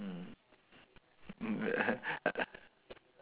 mm